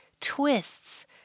twists